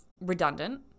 redundant